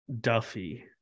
Duffy